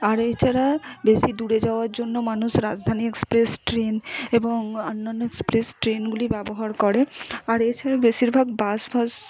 আর এছাড়া বেশি দূরে যাওয়ার জন্য মানুষ রাজধানী এক্সপ্রেস ট্রেন এবং অন্যান্য এক্সপ্রেস ট্রেনগুলি ব্যবহার করে আর এছাড়াও বেশিরভাগ বাস ফাস